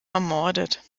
ermordet